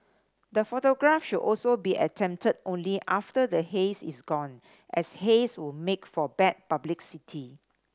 the photograph should also be attempted only after the haze is gone as haze would make for bad publicity